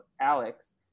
Alex